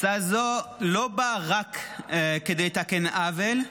הצעה זו לא באה רק לתקן עוול,